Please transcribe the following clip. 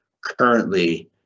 currently